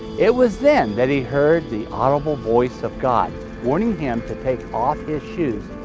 it was then that he heard the audible voice of god warning him to take off his shoes,